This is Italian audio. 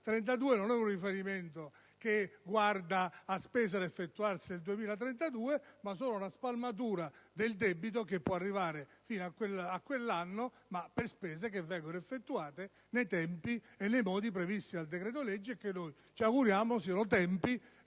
non si riferisce a spese da effettuarsi nel 2032, bensì alla spalmatura del debito che può arrivare fino a quell'anno, ma per spese che vengono effettuate nei tempi e nei modi previsti dal decreto-legge, che ci auguriamo siano tempi